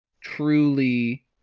truly